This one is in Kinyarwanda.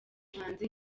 muhanzi